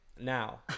Now